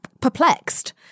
perplexed